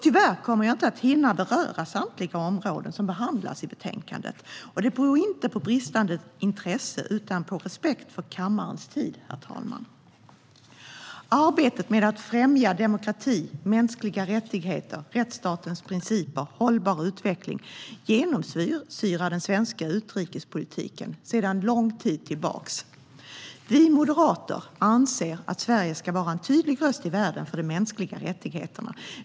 Tyvärr kommer jag inte att hinna beröra samtliga områden som behandlas i betänkandet. Det beror inte på bristande intresse utan på respekt för kammarens tid, herr talman. Arbetet med att främja demokrati, mänskliga rättigheter, rättsstatens principer och hållbar utveckling genomsyrar den svenska utrikespolitiken sedan lång tid tillbaka. Vi moderater anser att Sverige ska vara en tydlig röst i världen för de mänskliga rättigheterna.